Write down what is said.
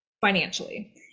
financially